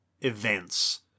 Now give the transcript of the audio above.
events